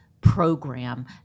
program